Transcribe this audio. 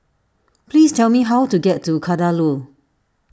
please tell me how to get to Kadaloor